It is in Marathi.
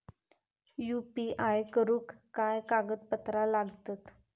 यू.पी.आय करुक काय कागदपत्रा लागतत?